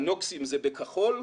הנוקסים בכחול.